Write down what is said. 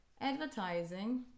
advertising